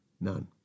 None